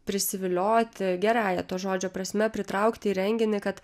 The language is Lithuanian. prisivilioti gerąja to žodžio prasme pritraukti į renginį kad